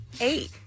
eight